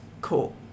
Cool